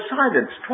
silence